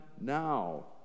now